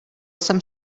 jsem